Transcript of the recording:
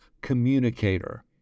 communicator